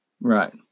Right